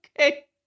Okay